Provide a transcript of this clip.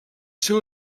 seu